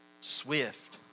swift